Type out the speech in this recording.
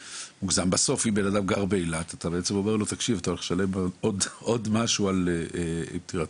אם אדם גר באילת אנחנו אומרים לו שהוא הולך לשלם עוד משהו על פטירתו.